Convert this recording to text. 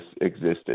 existed